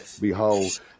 Behold